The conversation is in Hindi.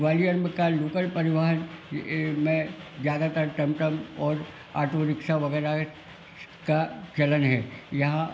ग्वालियर में का लोकल परिवहन अ में ज्यादातर टमटम और आटो रिक्शा वगैरह का चलन है यहाँ